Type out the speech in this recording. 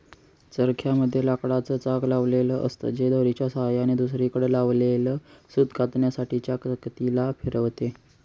चरख्या मध्ये लाकडाच चाक लावलेल असत, जे दोरीच्या सहाय्याने दुसरीकडे लावलेल सूत कातण्यासाठी च्या चकती ला फिरवते